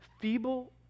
feeble